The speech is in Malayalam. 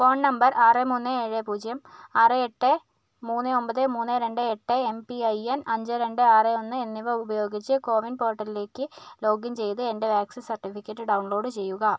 ഫോൺ നമ്പർ ആറ് മൂന്ന് ഏഴ് പൂജ്യം ആറ് എട്ട് മൂന്ന് ഒമ്പത് മൂന്ന് രണ്ട് എട്ട് എം പി ഐ എൻ അഞ്ച് രണ്ട് ആറ് ഒന്ന് എന്നിവ ഉപയോഗിച്ച് കോവിൻ പോർട്ടലിലേക്ക് ലോഗിൻ ചെയ്ത് എൻ്റെ വാക്സിൻ സർട്ടിഫിക്കറ്റ് ഡൗൺലോഡ് ചെയ്യുക